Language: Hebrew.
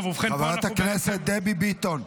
טוב, ובכן, חברת הכנסת דבי ביטון.